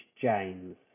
James